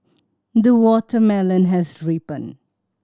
the watermelon has